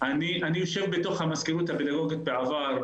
אני יושב בתוך המזכירות הפדגוגית בעבר,